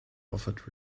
offered